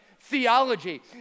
theology